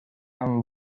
amb